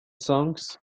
songs